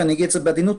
בעדינות,